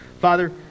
Father